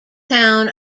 town